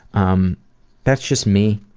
um that's just me.